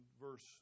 verse